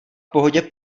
pohodě